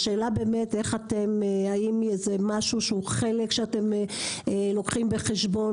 אז האם זה חלק שאתם לוקחים בחשבון?